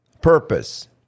purpose